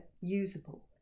usable